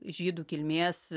žydų kilmės